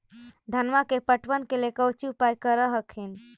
धनमा के पटबन के लिये कौची उपाय कर हखिन?